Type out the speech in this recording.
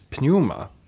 pneuma